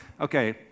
okay